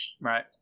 Right